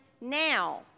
now